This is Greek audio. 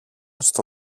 στο